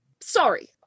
Sorry